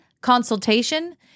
consultation